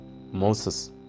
Moses